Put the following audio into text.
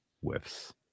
whiffs